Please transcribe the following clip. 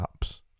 apps